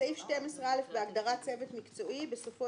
בסעיף 12א בהגדרת "צוות מקצועי" בסופו